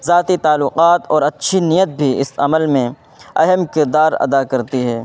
ذاتی تعلقات اور اچھی نیت بھی اس عمل میں اہم کردار ادا کرتی ہے